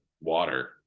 water